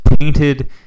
painted